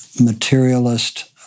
materialist